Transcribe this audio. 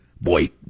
boy